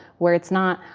where it's not